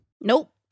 Nope